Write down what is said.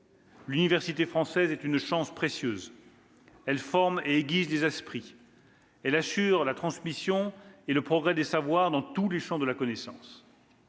L'université française est une chance précieuse. Elle forme et aiguise les esprits. Elle assure la transmission et le progrès des savoirs dans tous les champs de la connaissance.